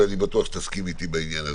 ואני בטוח שתסכימי איתי בעניין הזה.